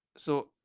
so,